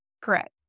Correct